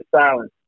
silence